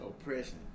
oppression